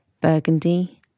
burgundy